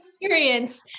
experience